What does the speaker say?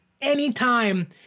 anytime